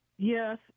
Yes